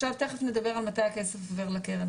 תיכף נדבר על מתי הכסף עובר לקרן.